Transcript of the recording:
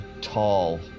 tall